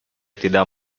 tidak